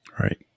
Right